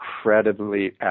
incredibly